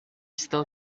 still